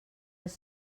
els